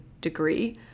degree